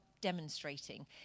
demonstrating